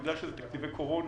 בגלל שזה תקציבי קורונה,